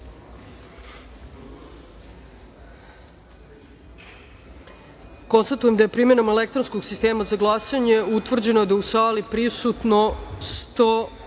glasanje. Konstatujem da je primenom elektronskog sistema za glasanje utvrđeno da je u sali prisutno 107